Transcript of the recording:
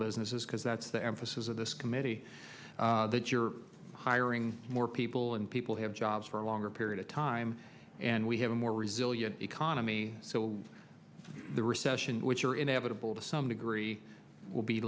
businesses because that's the emphasis of this committee that you're hiring more people and people have jobs for a longer period of time and we have a more resilient economy so the recession which are inevitable to some degree will be